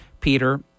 Peter